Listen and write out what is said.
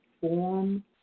form